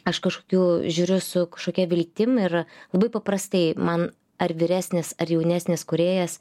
aš kažkokių žiūriu su kažkokia viltim ir labai paprastai man ar vyresnis ar jaunesnis kūrėjas